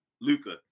Luca